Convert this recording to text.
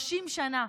30 שנה,